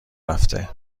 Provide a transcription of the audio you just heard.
رفته